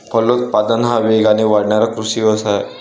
फलोत्पादन हा वेगाने वाढणारा कृषी व्यवसाय आहे